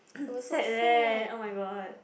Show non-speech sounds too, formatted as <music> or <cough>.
<coughs> sad leh oh-my-god